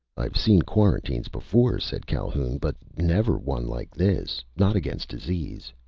i've seen quarantines before, said calhoun, but never one like this! not against disease!